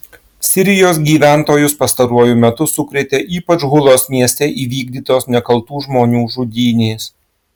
sirijos gyventojus pastaruoju metu sukrėtė ypač hulos mieste įvykdytos nekaltų žmonių žudynės